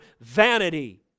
vanity